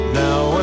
now